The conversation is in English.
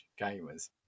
gamers